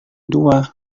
dua